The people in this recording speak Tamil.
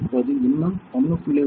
இப்போது இன்னும் 1